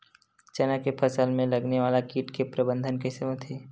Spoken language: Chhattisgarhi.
चना के फसल में लगने वाला कीट के प्रबंधन कइसे होथे?